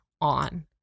on